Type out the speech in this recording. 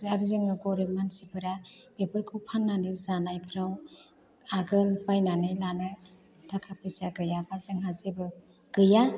आर जोङो गरिब मानसिफोरा बेफोरखौ फान्नानै जानायफ्राव आगोल बायनानै लानो थाखा फैसा गैयाबा जोंहा जेबो गैया